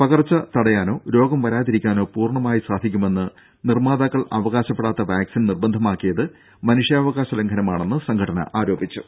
പകർച്ച തടയാനോ രോഗം വരാതിരിക്കാനോ പൂർണ്ണമായി സാധിക്കുമെന്ന് നിർമ്മാതാക്കൾ അവകാശപ്പെടാത്ത വാക്സിൻ നിർബന്ധമാക്കിയത് മനുഷ്യാവകാശ ലംഘനമാണെന്ന് സംഘടന ആരോപിച്ചു